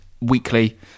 weekly